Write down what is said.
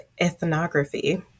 ethnography